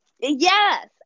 yes